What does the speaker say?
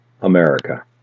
America